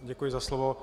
Děkuji za slovo.